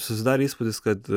susidarė įspūdis kad